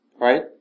right